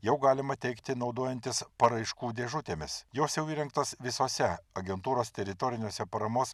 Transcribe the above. jau galima teikti naudojantis paraiškų dėžutėmis jos jau įrengtos visuose agentūros teritoriniuose paramos